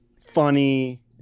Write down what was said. funny